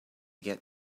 get